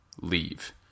leave